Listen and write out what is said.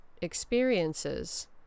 experiences